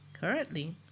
Currently